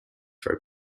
for